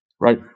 Right